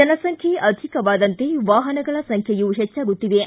ಜನಸಂಖ್ಯೆ ಅಧಿಕವಾದಂತೆ ವಾಹನಗಳ ಸಂಖ್ಯೆಯೂ ಹೆಚ್ಚಾಗುತ್ತಿವೆ